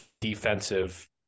defensive